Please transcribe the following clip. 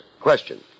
Question